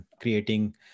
creating